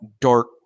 dark